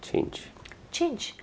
change change